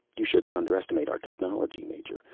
you shouldn't underestimate our technology, major.